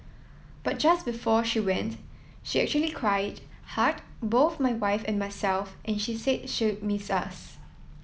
but just before she went she actually cried hugged both my wife and myself and she said she'd miss us